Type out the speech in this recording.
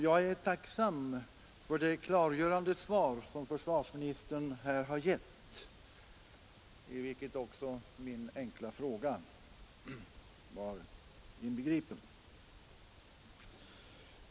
Jag är tacksam för det klargörande svar som försvarsministern här har givit, i vilket också min enkla fråga var inbegripen.